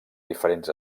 diferents